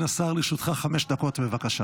כן, השר, לרשותך חמש דקות, בבקשה.